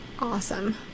awesome